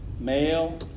Male